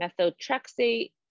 methotrexate